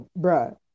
Bruh